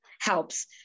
helps